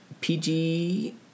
PG